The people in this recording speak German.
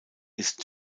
ist